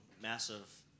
Massive